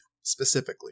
specifically